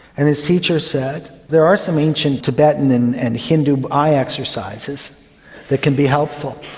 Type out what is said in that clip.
and his teacher said there are some ancient tibetan and and hindu eye exercises that can be helpful.